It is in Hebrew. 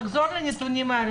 תחזור על הנתונים האלה,